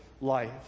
life